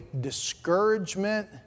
discouragement